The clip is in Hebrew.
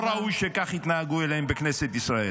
לא ראוי שכך יתנהגו אליהם בכנסת ישראל.